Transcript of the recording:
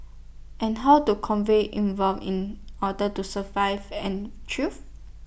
and how to convey evolve in order to survive and thrive